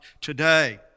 today